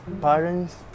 parents